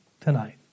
tonight